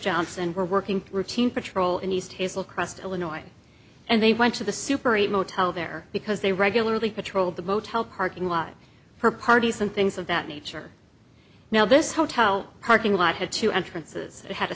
johnson were working routine patrol in east hazel crest illinois and they went to the super eight motel there because they regularly patrol the motel parking lot for parties and things of that nature now this hotel parking lot had two entrances had a